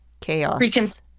chaos